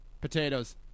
Potatoes